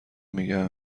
میگم